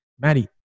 Maddie